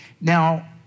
Now